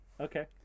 Okay